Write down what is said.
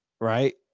right